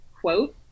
quote